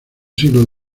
siglos